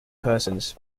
persons